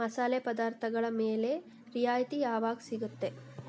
ಮಸಾಲೆ ಪದಾರ್ಥಗಳ ಮೇಲೆ ರಿಯಾಯಿತಿ ಯಾವಾಗ ಸಿಗುತ್ತೆ